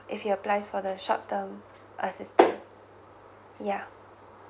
if he applies for the short term assistance yeah